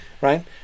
right